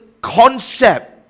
concept